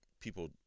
people